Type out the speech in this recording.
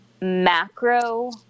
macro